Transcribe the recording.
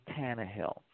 Tannehill